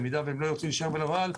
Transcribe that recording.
במידה והם לא ירצו להישאר בלוריאל,